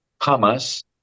Hamas